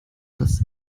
das